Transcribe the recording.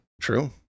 true